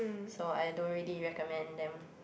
so I don't really recommend them